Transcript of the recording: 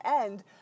end